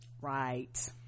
right